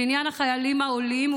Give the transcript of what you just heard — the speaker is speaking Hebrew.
עניין החיילים העולים,